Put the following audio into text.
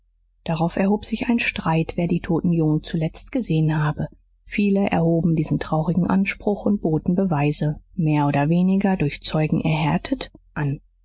darauf erhob sich ein streit wer die toten jungen zuletzt gesehen habe viele erhoben diesen traurigen anspruch und boten beweise mehr oder weniger durch zeugen erhärtet an